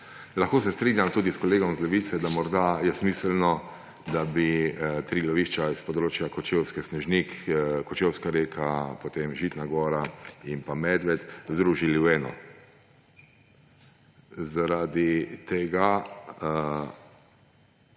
Lahko se strinjam tudi s kolegom iz Levice, da je morda smiselno, da bi tri lovišča z območja Kočevske − Snežnik Kočevska reka, Žitna gora in Medved združili v eno. Lahko se